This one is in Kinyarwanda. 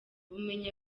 ubumenyi